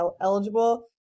eligible